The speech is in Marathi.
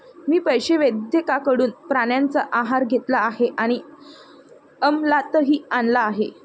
मी पशुवैद्यकाकडून प्राण्यांचा आहार घेतला आहे आणि अमलातही आणला आहे